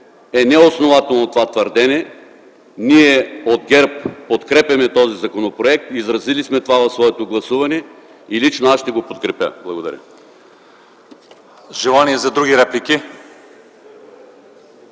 е неоснователно. Ние от ГЕРБ подкрепяме този законопроект, изразили сме това в своето гласуване. Лично аз ще го подкрепя. Благодаря.